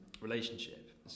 relationship